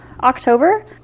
October